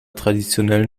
traditionellen